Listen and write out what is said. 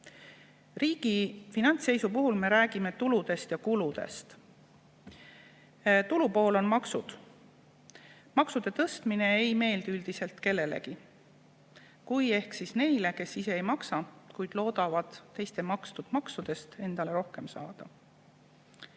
Riigi finantsseisu puhul me räägime tuludest ja kuludest. Tulupool on maksud. Maksude tõstmine ei meeldi üldiselt kellelegi. Kui [meeldib], siis ehk neile, kes ise ei maksa, kuid loodavad teiste makstud maksudest endale rohkem saada.